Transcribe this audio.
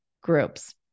groups